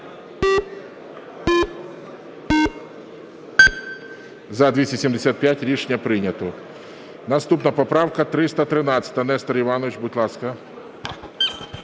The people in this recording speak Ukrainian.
За-275 Рішення прийнято. Наступна поправка 313. Нестор Іванович, будь ласка.